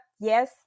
yes